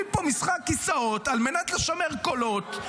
עושים פה משחק כיסאות על מנת לשמר קולות,